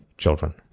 children